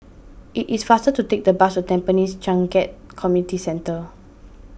it is faster to take the bus to Tampines Changkat Community Centre